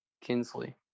kinsley